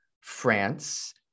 France